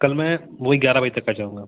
कल मैं वही ग्यारह बजे तक आ जाऊँगा